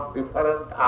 different